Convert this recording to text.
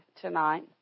tonight